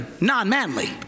non-manly